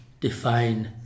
define